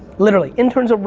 literally. in terms of,